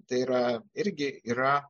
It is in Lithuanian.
tai yra irgi yra